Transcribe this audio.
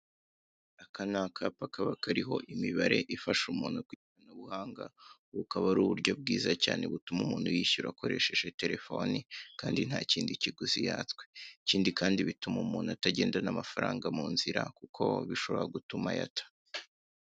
Aka ni akapa kaba kariho imibare ifasha umuntu kwishyura ku ikoranabuhanga ubu bukaba ari uburyo bwiza cyane butuma umuntu yishyura akoresheje terefone kandi ntakindi kiguzi yatse ikindi kandi bituma umuntu atagendana amafaranga mu nzira kuko bishobora gutuma ayata.